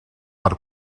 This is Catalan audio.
per